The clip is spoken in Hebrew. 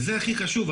וזה הכי חשוב.